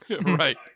Right